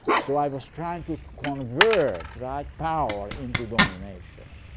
so i was trying to convert right power into domination.